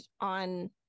on